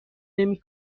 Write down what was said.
نمی